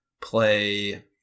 play